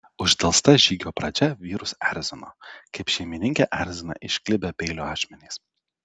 uždelsta žygio pradžia vyrus erzino kaip šeimininkę erzina išklibę peilio ašmenys